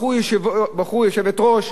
בחרו יושבת-ראש,